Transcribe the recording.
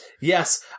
Yes